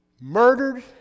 murdered